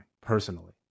personally